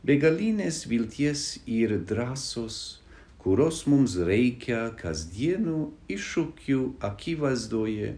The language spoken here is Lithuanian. begalinės vilties ir drąsos kurios mums reikia kasdienių iššūkių akivaizdoje